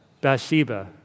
Bathsheba